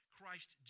Christ